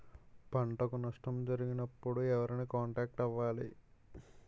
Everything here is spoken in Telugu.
పంటకు నష్టం జరిగినప్పుడు ఎవరిని కాంటాక్ట్ అవ్వాలి?